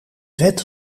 wet